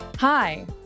Hi